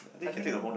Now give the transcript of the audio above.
I think